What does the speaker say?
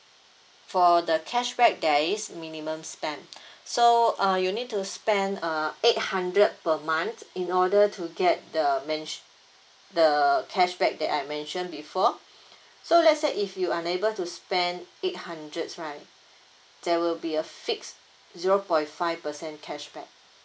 for the cashback there is minimum spend so uh you need to spend uh eight hundred per month in order to get the men~ the cashback that I mentioned before so let's say if you unable to spend eight hundreds right there will be a fix zero point five percent cashback